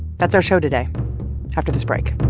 that's our show today after this break